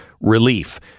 relief